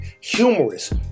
humorous